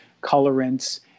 colorants